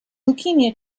leukemia